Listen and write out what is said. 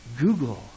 Google